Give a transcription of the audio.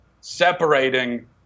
separating